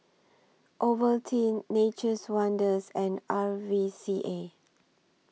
Ovaltine Nature's Wonders and R V C A